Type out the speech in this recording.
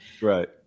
right